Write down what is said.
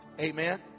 Amen